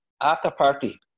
after-party